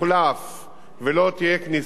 ולא תהיה כניסה לכפר-כנא?